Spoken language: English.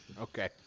Okay